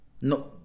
no